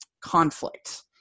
conflict